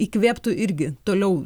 įkvėptų irgi toliau